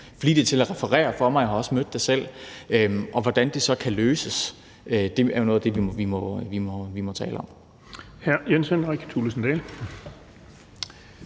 flittig til at referere for mig. Jeg er også stødt på det selv. Hvordan det så kan løses, er jo noget af det, vi må tale om.